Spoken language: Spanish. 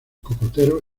cocoteros